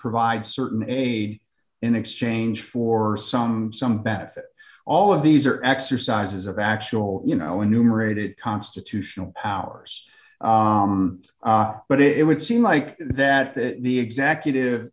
provide certain aid in exchange for some some benefit all of these are exercises of actual you know enumerated constitutional powers but it would seem like that that the executive